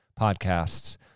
podcasts